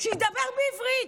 שידבר בעברית,